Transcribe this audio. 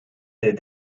der